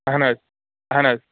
اہن حظ اہن حظ